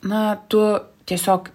na tu tiesiog